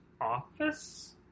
office